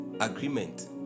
agreement